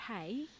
hey